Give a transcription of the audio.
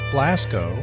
Blasco